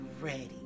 ready